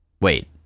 Wait